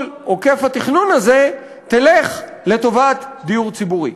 עוקף-התכנון הזה תלך לטובת דיור ציבורי.